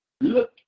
look